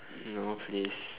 no please